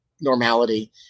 normality